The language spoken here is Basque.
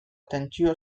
tentsio